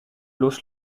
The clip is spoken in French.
los